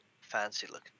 Fancy-looking